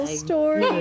story